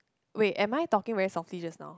wait am I talking very softly just now